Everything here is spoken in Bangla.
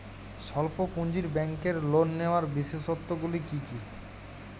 স্বল্প পুঁজির ব্যাংকের লোন নেওয়ার বিশেষত্বগুলি কী কী?